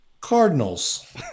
Cardinals